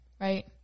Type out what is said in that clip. right